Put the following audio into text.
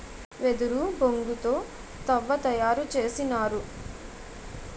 వెదురు బొంగు తో తవ్వ తయారు చేసినారు